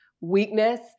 weakness